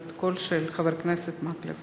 בעד, 7, אין מתנגדים, אין נמנעים.